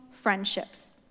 friendships